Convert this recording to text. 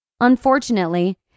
Unfortunately